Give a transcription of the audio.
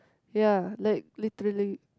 ya like literally